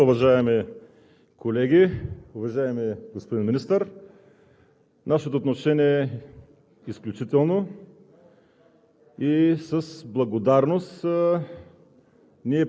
Уважаема госпожо Председател, уважаеми колеги! Уважаеми господин Министър, нашето отношение е изключително